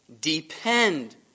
depend